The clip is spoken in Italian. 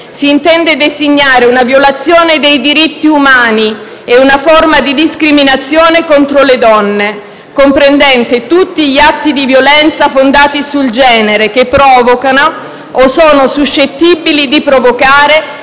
si intende designare una violazione dei diritti umani e una forma di discriminazione contro le donne, comprendente tutti gli atti di violenza fondati sul genere che provocano o sono suscettibili di provocare